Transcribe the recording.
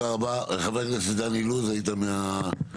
בבקשה, חבר הכנסת דן אילוז, היית מהמגישים.